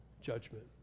judgment